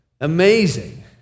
amazing